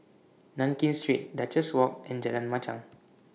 Nankin Street Duchess Walk and Jalan Machang